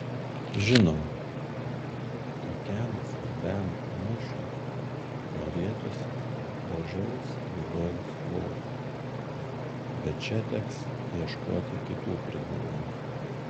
žinoma tokiam svarbiam mūšiui norėtųsi gražaus lygaus lauko bet čia teks ieškoti kitų privalumų